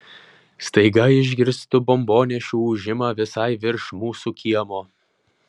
staiga išgirstu bombonešių ūžimą visai virš mūsų kiemo